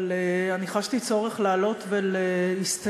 אבל חשתי צורך לעלות ולהסתייג